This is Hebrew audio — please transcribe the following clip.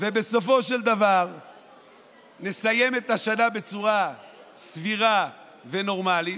ובסופו של דבר נסיים את השנה בצורה סבירה ונורמלית,